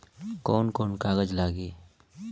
कौन कौन कागज लागी?